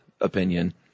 opinion